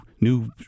new